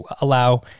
allow